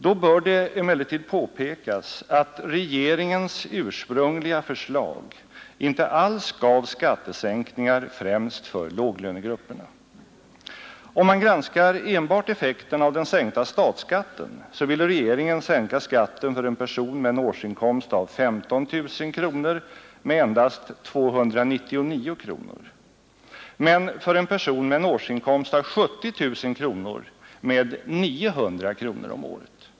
Då bör det emellertid påpekas att regeringens ursprungliga förslag inte alls gav skattesänkningar främst för låglönegrupperna. Om man granskar enbart effekten av den sänkta statsskatten, så finner man att regeringen ville sänka skatten för en person med en årsinkomst av 15 000 kronor med endast 299 kronor, men för en person med en årsinkomst av 70 000 kronor med 900 kronor om året.